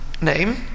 Name